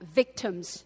victims